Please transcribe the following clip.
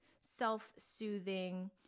self-soothing